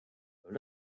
soll